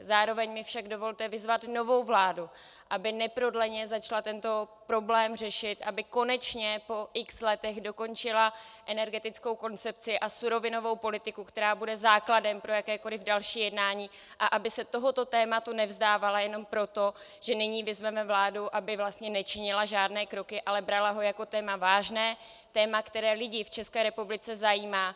Zároveň mi však dovolte vyzvat novou vládu, aby neprodleně začala tento problém řešit, aby konečně po x letech dokončila energetickou koncepci a surovinou politiku, která bude základem pro jakékoliv další jednání, a aby se tohoto tématu nevzdávala jenom proto, že nyní vyzveme vládu, aby vlastně nečinila žádné kroky, ale brala ho jako téma vážné, téma, které lidi v České republice zajímá.